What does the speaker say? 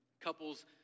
couples